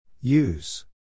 Use